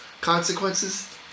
consequences